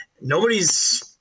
nobody's –